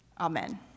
Amen